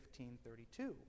15.32